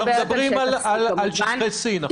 אנחנו מדברים על שטח C, נכון?